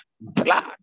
blood